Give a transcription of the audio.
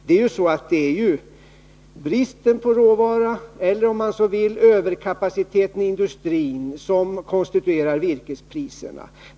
Det är ju så att det är bristen på råvara eller, om man så vill, överkapaciteten i industrin som konstituerar virkespriserna.